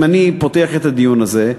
אם אני פותח את הדיון הזה,